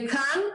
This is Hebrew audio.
וכאן,